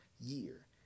year